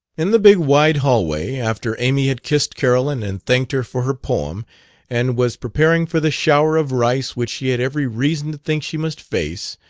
in the big wide hallway, after amy had kissed carolyn and thanked her for her poem and was preparing for the shower of rice which she had every reason to think she must face,